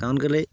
কাৰণ কেলেই